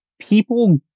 people